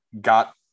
got